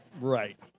right